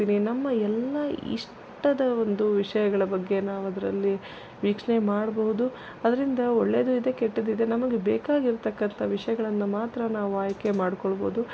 ನಮ್ಮ ಎಲ್ಲ ಇಷ್ಟದ ಒಂದು ವಿಷಯಗಳ ಬಗ್ಗೆ ನಾವದರಲ್ಲಿ ವೀಕ್ಷಣೆ ಮಾಡಬಹುದು ಅದರಿಂದ ಒಳ್ಳೆಯದು ಇದೆ ಕೆಟ್ಟದ್ದಿದೆ ನಮಗೆ ಬೇಕಾಗಿರತಕ್ಕಂಥ ವಿಷಯಗಳನ್ನ ಮಾತ್ರ ನಾವು ಆಯ್ಕೆ ಮಾಡ್ಕೊಳ್ಬೋದು